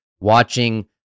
watching